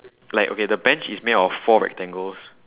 like okay the bench is made up of four rectangles